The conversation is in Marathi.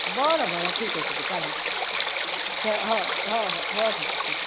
बरं बरं ठीक आहे ठीक आहे चालेल ठेवा हो हो हो हो हो ठीक आहे ठीक आहे